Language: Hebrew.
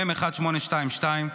אושרה.